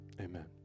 amen